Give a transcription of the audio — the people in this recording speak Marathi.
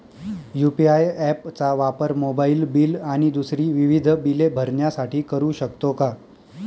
यू.पी.आय ॲप चा वापर मोबाईलबिल आणि दुसरी विविध बिले भरण्यासाठी करू शकतो का?